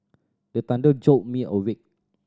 the thunder jolt me awake